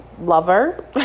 lover